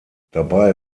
dabei